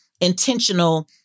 intentional